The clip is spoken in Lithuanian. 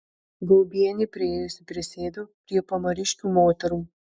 gaubienė priėjusi prisėdo prie pamariškių moterų